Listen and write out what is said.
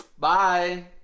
bye.